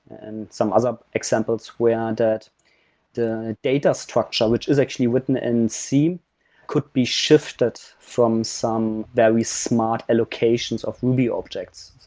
and some other examples where that the data structure, which is actually written in c could be shifted from some very smart allocations of ruby objects.